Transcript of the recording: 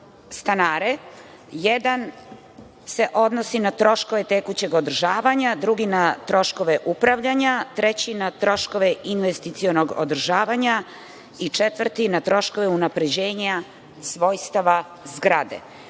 stanare. Jedan se odnosi na troškove tekućeg održavanja, drugi na troškove upravljanja, treći na troškove investicionog održavanja i četvrti na troškove unapređenja svojstava zgrade. Ovim